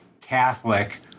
Catholic